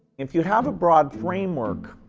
if you have a broad framework,